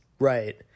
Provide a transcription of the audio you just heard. Right